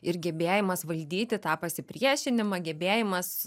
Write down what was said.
ir gebėjimas valdyti tą pasipriešinimą gebėjimas